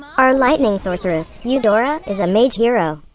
our lightning sorceress, eudora, is a mage hero.